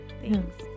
thanks